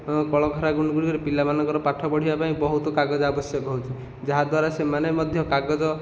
କଳକାରଖାନା ଗୁଡ଼ିକରେ ପିଲାମାନଙ୍କ ପାଠ ପଢ଼ିବା ପାଇଁ ବହୁତ କାଗଜ ଆବଶ୍ୟକ ହେଉଛି ଯାହାଦ୍ୱାରା ସେମାନେ ମଧ୍ୟ କାଗଜ